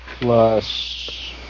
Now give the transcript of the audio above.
plus